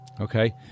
Okay